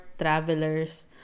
travelers